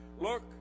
Look